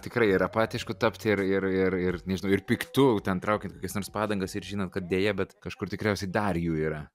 tikrai ir apatišku tapti ir ir ir ir nežinau ir piktu ten traukiant kokias nors padangas ir žinant kad deja bet kažkur tikriausiai dar jų yra